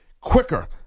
quicker